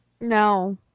No